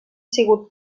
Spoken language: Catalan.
sigut